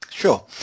Sure